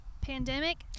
Pandemic